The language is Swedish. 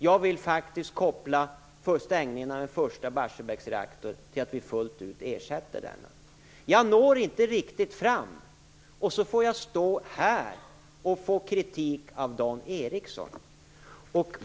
Jag vill faktiskt koppla stängningen av en första Barsebäcksreaktor till att vi fullt ut ersätter denna. Jag når inte riktigt fram. Och så får jag stå här och få kritik av Dan Ericsson!